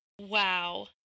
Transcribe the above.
Wow